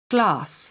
Glass